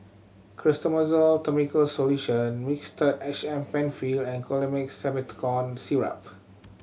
Clotrimozole Topical Solution Mixtard H M Penfill and Colimix Simethicone Syrup